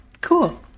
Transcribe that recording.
cool